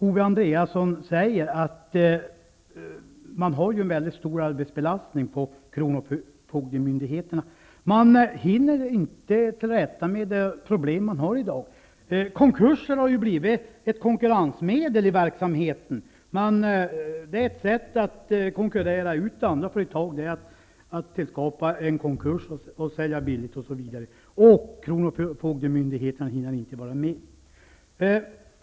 Man har en mycket stor arbetsbelastning på kronofogdemyndigheterna, som Owe Andréasson säger. De hinner inte komma till rätta med de problem som finns i dag. Konkurser har ju blivit ett kokurrensmedel. Ett sätt att konkurrera ut andra företag är att tillskapa en konkurs och sälja billigt osv. Kronofogdemyndigheterna hinner inte med.